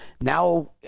now